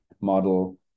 model